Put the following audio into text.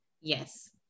Yes